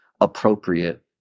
appropriate